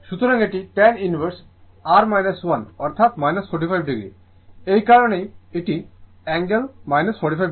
সুতরাং এটি tan inverse r 1 অর্থাৎ 45o এই কারণেই এই অ্যাঙ্গেল টি 45o